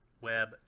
web